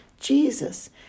Jesus